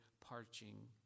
parching